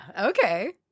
okay